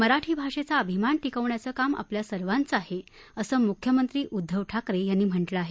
मराठी भाषेचा अभिमान टिकवण्याचं काम आपल्या सर्वांचं आहे असं मुख्यमंत्री उद्दव ठाकरे यांनी म्हटलं आहे